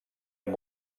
amb